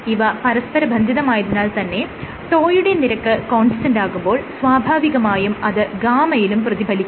ഇവ പരസ്പര ബന്ധിതമായതിനാൽ തന്നെ τ യുടെ നിരക്ക് കോൺസ്റ്റന്റാകുമ്പോൾ സ്വാഭാവികമായും അത് γ യിലും പ്രതിഫലിക്കും